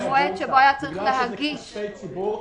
בגלל שאלו כספי ציבור,